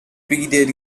pleaded